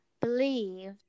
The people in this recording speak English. believe